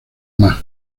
más